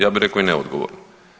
Ja bi rekao i neodgovorno.